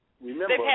Remember